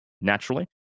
naturally